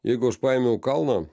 jeigu aš paėmiau kalną